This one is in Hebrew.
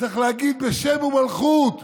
צריך להגיד בשם ומלכות: